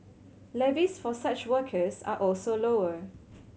levies for such workers are also lower